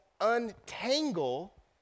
untangle